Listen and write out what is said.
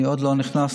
אני עוד לא נכנסתי,